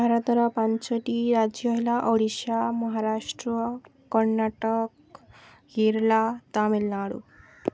ଭାରତର ପାଞ୍ଚଟି ରାଜ୍ୟ ହେଲା ଓଡ଼ିଶା ମହାରାଷ୍ଟ୍ର କର୍ଣ୍ଣାଟକ କେରଲା ତାମିଲନାଡ଼ୁ